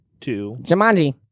Jumanji